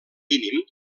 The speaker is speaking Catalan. mínim